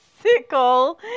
sickle